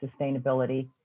sustainability